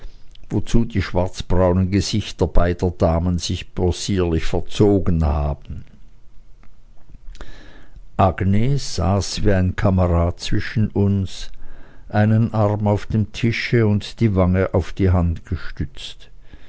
wozu die schwarzbraunen gesichter beider damen sich possierlich verzogen haben agnes saß wie ein kamerad zwischen uns einen arm auf den tisch und die wange auf die hand gestützt